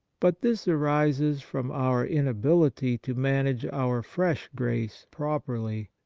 but this arises from our inability to manage our fresh grace properly.